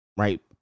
right